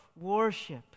worship